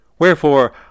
Wherefore